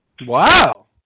Wow